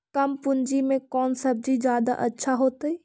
कम पूंजी में कौन सब्ज़ी जादा अच्छा होतई?